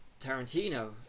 tarantino